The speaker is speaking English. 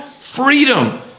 freedom